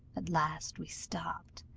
at last we stopped.